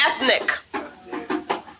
ethnic